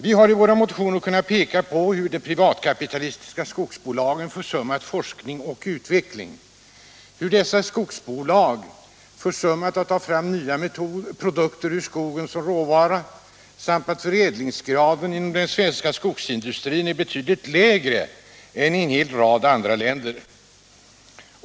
Vi har i våra motioner kunnat peka på hur de privatkapitalistiska skogsbolagen försummat forskning och utveckling, hur dessa skogsbolag försummat att ta fram nya produkter ur skogen som råvara samt att förädlingsgraden inom den svenska skogsindustrin är betydligt lägre än i en rad andra länder.